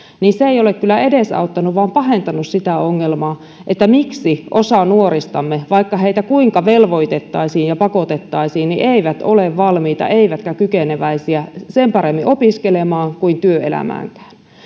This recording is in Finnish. niin se ei ole kyllä edesauttanut asiaa vaan pahentanut sitä ongelmaa miksi osa nuoristamme vaikka heitä kuinka velvoitettaisiin ja pakotettaisiin eivät ole valmiita eivätkä kykeneväisiä sen paremmin opiskelemaan kuin työelämäänkään